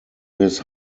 his